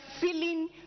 feeling